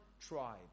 tribe